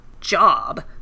job